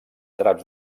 draps